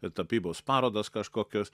į tapybos parodas kažkokias